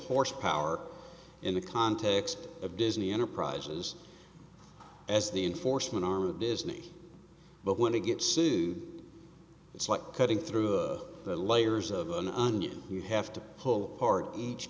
horsepower in the context of disney enterprises as the enforcement arm of disney but when they get sued it's like cutting through the layers of an onion you have to pull apart each